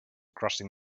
crossing